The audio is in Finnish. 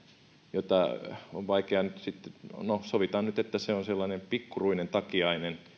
jota on vaikea nyt sitten no sovitaan nyt että se on sellainen pikkuruinen takiainen